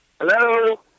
hello